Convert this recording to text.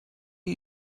are